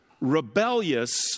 rebellious